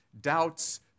doubts